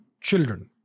children